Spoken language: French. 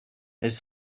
elles